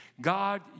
God